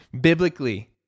Biblically